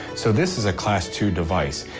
so this is a class two device.